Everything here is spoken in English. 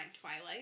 Twilight